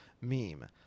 meme